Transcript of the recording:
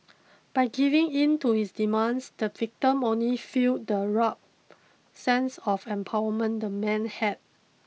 by giving in to his demands the victim only fuelled the warped sense of empowerment the man had